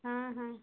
ହଁ ହଁ